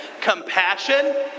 Compassion